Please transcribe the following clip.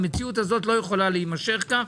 המציאות הזאת לא יכולה להימשך כך.